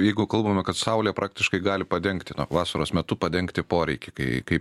jeigu kalbame kad saulė praktiškai gali padengti na vasaros metu padengti poreikį kai kai